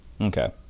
Okay